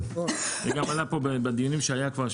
זה גם עלה בדיונים שהיו פה,